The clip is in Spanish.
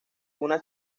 una